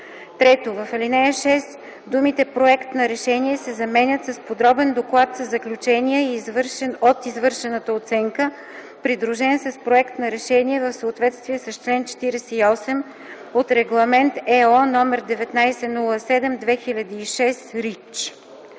3.” 3. В ал. 6 думите „проект на решение” се заменят с „подробен доклад със заключения от извършената оценка, придружен с проект на решение в съответствие с чл. 48 от Регламент (ЕО) № 1907/2006